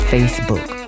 Facebook